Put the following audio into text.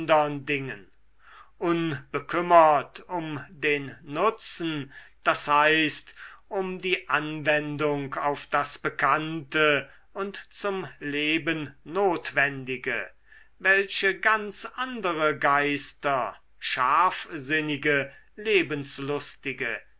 unbekümmert um den nutzen d h um die anwendung auf das bekannte und zum leben notwendige welche ganz andere geister scharfsinnige lebenslustige